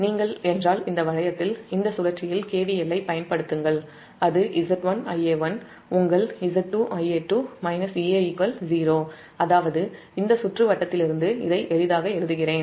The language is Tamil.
நீங்கள் இந்த வளையத்தில் இந்த சுழற்சியில் KVLஐப் பயன்படுத்துங்கள் அது Z1 Ia1 உங்கள் Z2 Ia2 -Ea0 அதாவது இந்த சுற்று வட்டத்திலிருந்து இதை எளிதாக எழுதுகிறேன்